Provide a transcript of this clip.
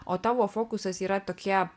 o tavo fokusas yra tokie